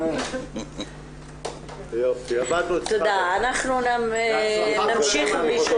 אנחנו נמשיך אם מישהו